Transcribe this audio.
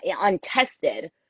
untested